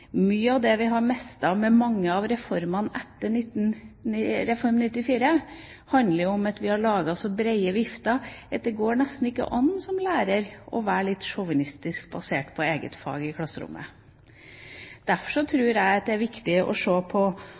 Mye av det vi har mistet ved mange av reformene etter Reform 94, handler om at vi har laget så brede vifter at det nesten ikke går an for en lærer å være litt sjåvinistisk i klasserommet basert på eget fag. Derfor tror jeg det er viktig å se på